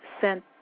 sent